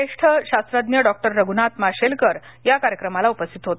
ज्येष्ठ शास्त्रज्ञ डॉ रघुनाथ माशेलकर या कार्यक्रमाला उपस्थित होते